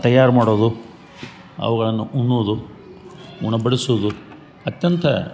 ತಯಾರು ಮಾಡೋದು ಅವುಗಳನ್ನು ಉಣ್ಣೋದು ಉಣಬಡಿಸುದು ಅತ್ಯಂತ